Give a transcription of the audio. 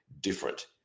different